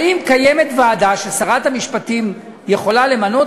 האם קיימת ועדה ששרת המשפטים יכולה למנות,